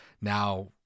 now